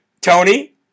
Tony